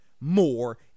more